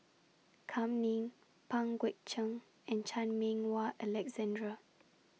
Kam Ning Pang Guek Cheng and Chan Meng Wah Alexander